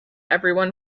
everyone